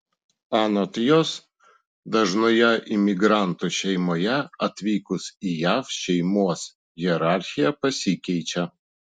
anot jos dažnoje imigrantų šeimoje atvykus į jav šeimos hierarchija pasikeičia